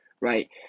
right